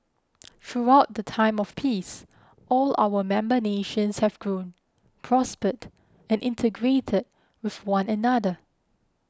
throughout the time of peace all our member nations have grown prospered and integrated with one another